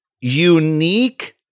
unique